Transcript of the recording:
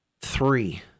three